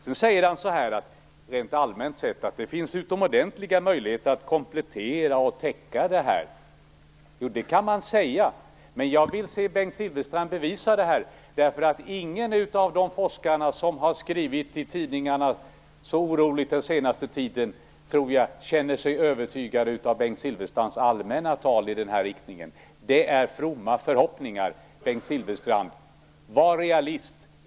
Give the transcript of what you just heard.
Bengt Silfverstrand säger rent allmänt att det finns utomordentliga möjligheter att komplettera och täcka det här. Ja, det kan man säga, men jag vill se Bengt Silfverstrand bevisa det. Jag tror ingen av de forskare som så oroligt har skrivit i tidningarna den senaste tiden känner sig övertygad av Bengt Silfverstrands allmänna tal i den här riktningen. Det är fromma förhoppningar. Var realist, Bengt Silfverstrand!